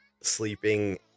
sleeping